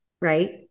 right